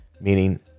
Meaning